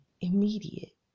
immediate